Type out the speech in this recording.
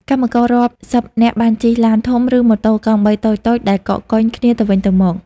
កម្មកររាប់សិបនាក់បានជិះឡានធំ ឬម៉ូតូកង់បីតូចៗដែលកកកុញគ្នាទៅវិញទៅមក។